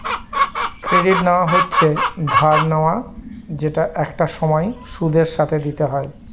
credit নেওয়া হচ্ছে ধার নেওয়া যেটা একটা সময় সুদের সাথে দিতে হয়